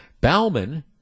Bauman